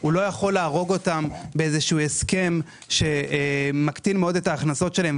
הוא לא יכול להרוג אותם באיזשהו הסכם שמקטין מאוד את ההכנסות שלהם,